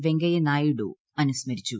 വെങ്കയ്യനായിഡു അനുസ്മരിച്ചു